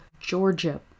Georgia